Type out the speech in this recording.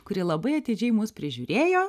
kuri labai atidžiai mus prižiūrėjo